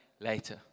later